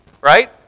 right